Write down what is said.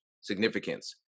significance